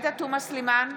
בילדים,